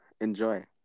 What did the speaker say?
enjoy